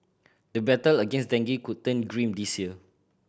the battle against dengue could turn grim this year